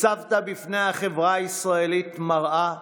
הצבת בפני החברה הישראלית מראה,